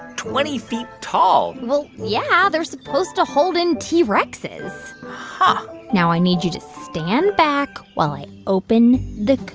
twenty feet tall well, yeah. they're supposed to hold in t. rexes huh now i need you to stand back while i open the coop.